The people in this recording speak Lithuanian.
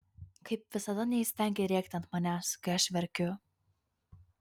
kaip visada neįstengei rėkti ant manęs kai aš verkiu